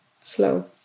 slow